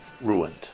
ruined